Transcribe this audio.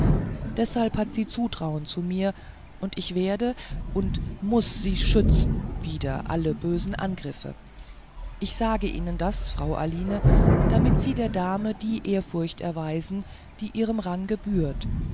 deshalb hat sie zutrauen zu mir und ich werde und muß sie schützen wider alle böse angriffe ich sage ihnen das frau aline damit sie der dame die ehrfurcht beweisen die ihrem range gebührt